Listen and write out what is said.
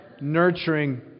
nurturing